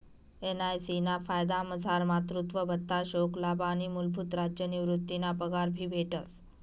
NIC ना फायदामझार मातृत्व भत्ता, शोकलाभ आणि मूलभूत राज्य निवृतीना पगार भी भेटस